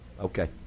Okay